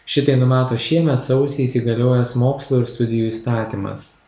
šitai numato šiemet sausį įsigaliojęs mokslo ir studijų įstatymas